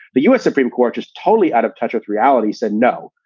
the us supreme court is totally out of touch with reality, said no.